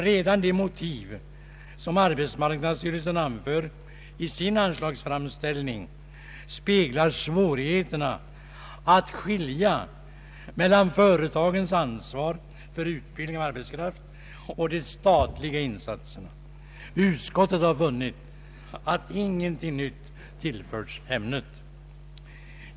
Redan de motiv som arbetsmarknadsstyrelsen anför i sin anslagsframställning speglar svårigheterna att skilja mellan företagens ansvar för utbildning av arbetskraft och de statliga insatserna. Utskottet har funnit att ingenting nytt tillförts ämnet.